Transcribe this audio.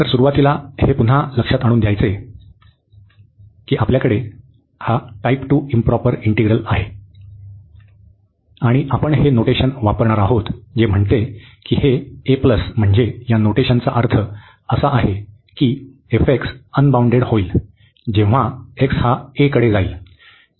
तर सुरूवातीस हे पुन्हा लक्षात आणून द्यायचे की आपल्याकडे हा टाइप 2 इंप्रॉपर इंटिग्रल आहे आणि आपण हे नोटेशन वापरणार आहोत जे म्हणते की हे a म्हणजे या नोटेशनचा अर्थ असा आहे की अनबाऊंडेड होईल जेव्हा x हा a कडे जाईल